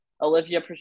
Olivia